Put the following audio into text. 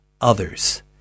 others